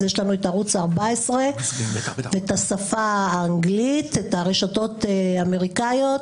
אז יש לנו את ערוץ 14 ואת השפה האנגלית ואת הרשתות האמריקאיות,